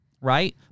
right